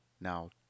Now